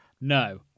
no